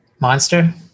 Monster